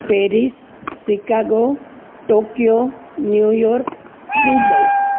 Paris Chicago Tokyo New York Dubai